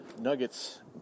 Nuggets